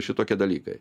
šitokie dalykai